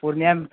पूर्णियाँमे